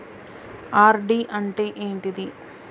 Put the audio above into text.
RD అంటే ఏంటిది?